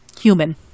human